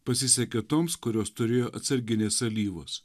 pasisekė toms kurios turėjo atsarginės alyvos